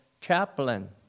chaplain